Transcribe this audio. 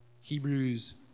Hebrews